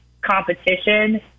competition